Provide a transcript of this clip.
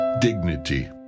Dignity